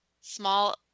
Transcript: small